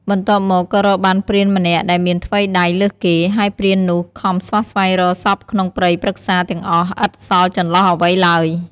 បន្ទាប់មកក៏រកបានព្រានម្នាក់ដែលមានថ្វីដៃលើសគេ ហើយព្រាននោះខំស្វះស្វែងរកសព្វក្នុងព្រៃព្រឹក្សាទាំងអស់ឥតសល់ចន្លោះអ្វីឡើយ។